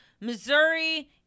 Missouri